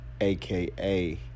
aka